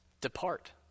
depart